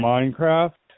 Minecraft